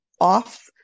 off